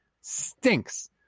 stinks